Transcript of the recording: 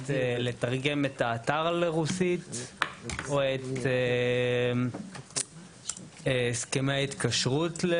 לתרגם לרוסית את האתר או את הסכמי ההתקשרות.